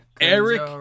Eric